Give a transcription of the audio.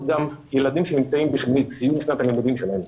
גם ילדים שנמצאים בסיום שנת הלימודים שלהם.